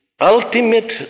ultimate